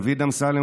דוד אמסלם,